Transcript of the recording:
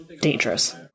dangerous